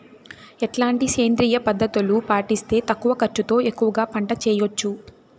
ఎట్లాంటి సేంద్రియ పద్ధతులు పాటిస్తే తక్కువ ఖర్చు తో ఎక్కువగా పంట చేయొచ్చు?